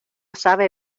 sabe